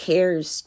cares